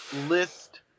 list